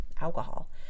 alcohol